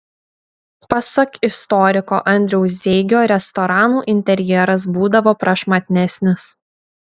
pasak istoriko andriaus zeigio restoranų interjeras būdavo prašmatnesnis